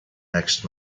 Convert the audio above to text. next